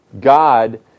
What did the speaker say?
God